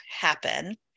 happen